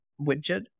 widget